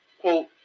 quote